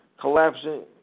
collapsing